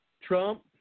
Trump